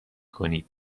کنید